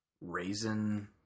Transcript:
Raisin